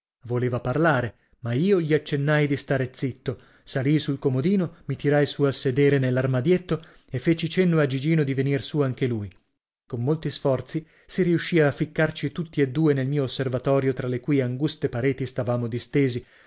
voleva parlare ma io gli accennai di stare zitto salii sul comodino mi tirai su a sedere nell'armadietto e feci cenno a gigino di venir su anche lui con molti sforzi si riuscì a ficcarci tutti e due nel mio osservatorio tra le cui anguste pareti stavamo distesi